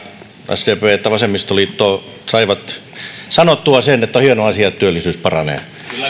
sdp että vasemmistoliitto saivat sanottua sen että on hieno asia että työllisyys paranee